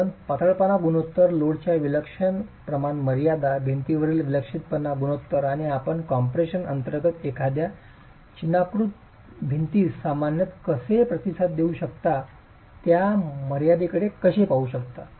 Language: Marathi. आपण पातळपणा गुणोत्तर लोडच्या विलक्षण प्रमाण मर्यादा भिंतीवरील विक्षिप्तपणा गुणोत्तर आणि आपण कॉम्प्रेशन अंतर्गत एखाद्या चिनाकृती भिंतीस सामान्यतः कसे प्रतिसाद देऊ शकता त्या मर्यादेकडे कसे पाहू शकता